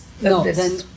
no